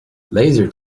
laser